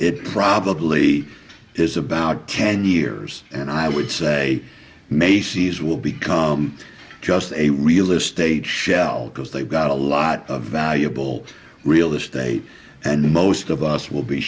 it probably really is about ten years and i would say macy's will become just a real estate shell because they've got a lot of valuable real estate and most of us will be